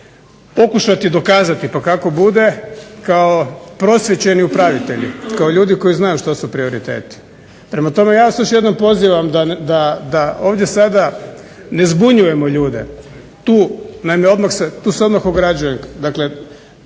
pokušati dokazati pa kako bude kao prosvijećeni upravitelji, kao ljudi koji znaju što su prioriteti. Prema tome, ja vas još jednom pozivam da ovdje sada ne zbunjujemo ljude. Tu, naime tu se odmah ograđujem.